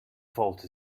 fault